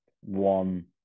One